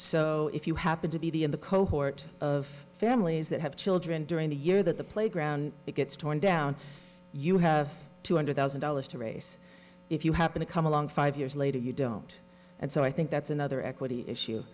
so if you happen to be the in the cohort of families that have children during the year that the playground gets torn down you have two hundred thousand dollars to race if you happen to come along five years later you don't and so i think that's another equity issue